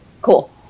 Cool